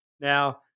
Now